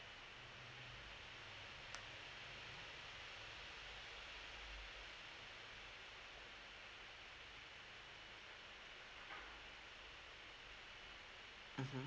mmhmm